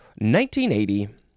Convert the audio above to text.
1980